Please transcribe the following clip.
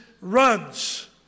runs